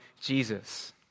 Jesus